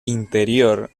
interior